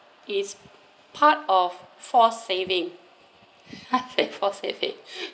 is part of forced saving forced saving